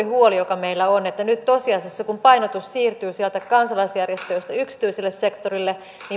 huoli joka meillä on että nyt tosiasiassa kun painotus siirtyy sieltä kansalaisjärjestöistä yksityiselle sektorille